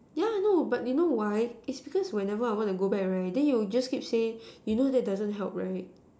yeah I know but you know why it's because whenever I want to go back right then you just keep say you know that doesn't help right